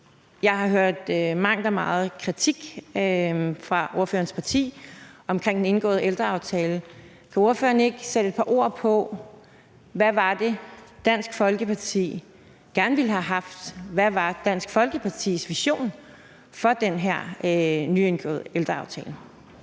Jeg har hørt mangt og meget kritik fra ordførerens parti af den indgåede ældreaftale. Kan ordføreren ikke sætte et par ord på, hvad det var, Dansk Folkeparti gerne ville have haft? Hvad var Dansk Folkepartis vision for den her nyindgåede ældreaftale?